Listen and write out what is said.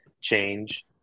change